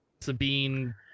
Sabine